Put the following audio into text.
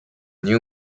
new